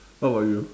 what about you